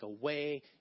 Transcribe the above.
away